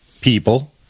people